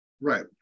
right